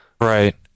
right